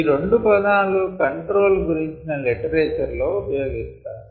ఈ రెండు పదాలు కంట్రోల్ గురించిన లిటరేచర్లో ఉపయోగిస్తారు